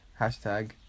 Hashtag